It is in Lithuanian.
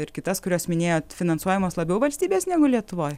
ir kitas kurios minėjot finansuojamos labiau valstybės negu lietuvoj